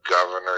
Governor